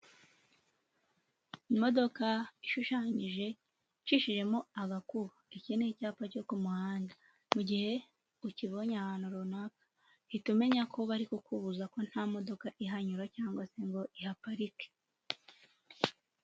Imodoka ishushanyije icishijemo agakubo, iki ni icyapa cyo ku muhanda mu gihe ukibonye ahantu runaka, hita umenya ko bari kukubuza ko nta modoka ihanyura cyangwa se ngo ihaparike.